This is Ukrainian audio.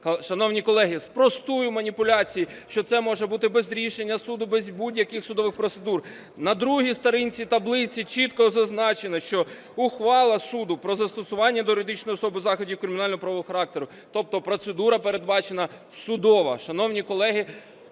Шановні колеги, спростую маніпуляції, що це може бути без рішення суду, без будь-яких судових процедур. На другій сторінці таблиці чітко зазначено, що ухвала суду про застосування до юридичної особи заходів кримінально-правового характеру, тобто процедура передбачена судова.